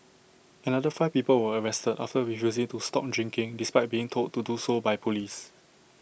another five people were arrested after refusing to stop drinking despite being told to do so by Police